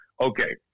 Okay